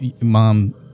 mom